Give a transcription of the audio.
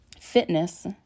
Fitness